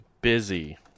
Busy